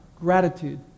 Gratitude